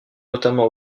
notamment